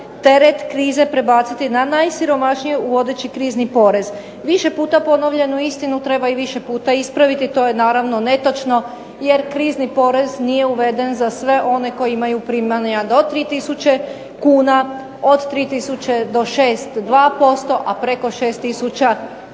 teret krize prebaciti na najsiromašnije uvodeći krizni porez. Više puta ponovljenu istinu treba i više puta ispraviti. To je naravno netočno jer krizni porez nije uveden za sve one koji imaju primanja do 3 tisuće kuna, od 3 tisuće do 6 2%, a preko 6 tisuća